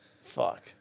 Fuck